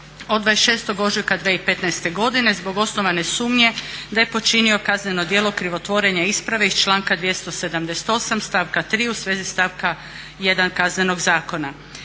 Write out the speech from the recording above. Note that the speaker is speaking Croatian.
od 26. ožujka 2015. godine zbog osnovane sumnje da je počinio kazneno djelo krivotvorenja isprave iz članka 278. stavka 3. u svezi stavka 1. Kaznenog zakona."